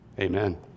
Amen